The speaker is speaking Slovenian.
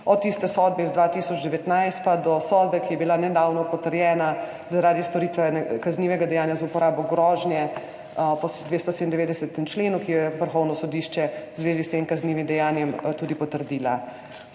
od tiste sodbe iz 2019 pa do sodbe, ki je bila nedavno potrjena zaradi storitve kaznivega dejanja z uporabo grožnje po 297. členu, ki jo je Vrhovno sodišče v zvezi s tem kaznivim dejanjem tudi potrdilo.